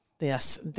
Yes